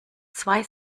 zwei